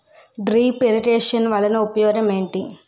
drip irrigation వలన ఉపయోగం ఏంటి